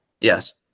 Yes